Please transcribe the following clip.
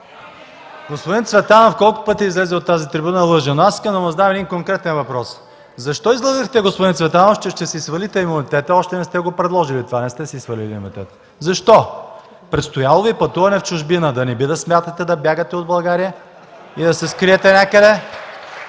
Господин Цветанов колкото пъти излезе на тази трибуна – лъже, но аз искам да му задам един конкретен въпрос: защо излъгахте, господин Цветанов, че ще си свалите имунитета? Още не сте го предложили, не сте си свалили имунитета! Защо? Предстояло Ви пътуване в чужбина. Да не би да смятате да бягате от България и да се скриете някъде?